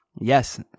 Yes